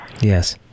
Yes